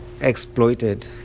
exploited